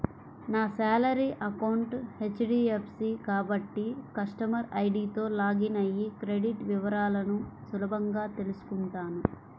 నా salary account HDFC కాబట్టి customer ఐడీతో లాగిన్ అయ్యి క్రెడిట్ వివరాలను సులభంగా తెల్సుకుంటాను